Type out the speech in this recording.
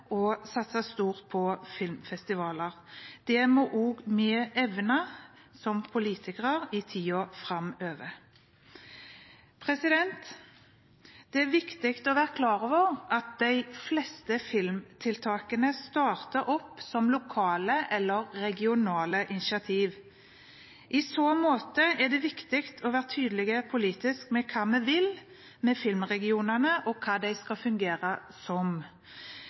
satse stort på filmfestivaler. Det må også vi som politikere evne i tiden framover. Det er viktig å være klar over at de fleste filmtiltakene starter opp som lokale eller regionale initiativ. I så måte er det viktig å være tydelig politisk på hva vi vil med filmregionene, og hva de skal fungere som.